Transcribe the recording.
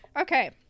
okay